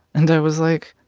and i was like,